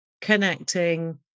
connecting